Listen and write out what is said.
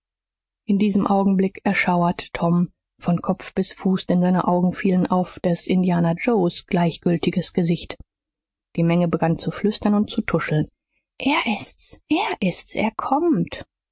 in diesem augenblick erschauerte tom von kopf bis zu fuß denn seine augen fielen auf des indianer joes gleichgültiges gesicht die menge begann zu flüstern und zu tuscheln er ist's er ist's er kommt